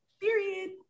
Period